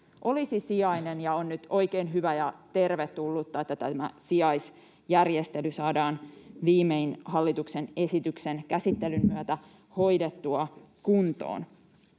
olisi sijainen, ja on nyt oikein hyvä ja tervetullutta, että tämä sijaisjärjestely saadaan viimein hallituksen esityksen käsittelyn myötä hoidettua kuntoon.